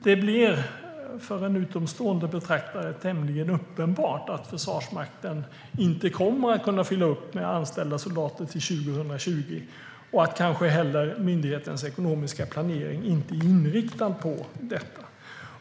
Det blir, för en utomstående betraktare, tämligen uppenbart att Försvarsmakten inte kommer att kunna fylla upp med anställda soldater till 2020 och att myndighetens ekonomiska planering kanske inte heller är inriktad på detta.